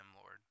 Lord